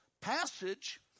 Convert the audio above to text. passage